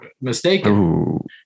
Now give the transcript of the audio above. mistaken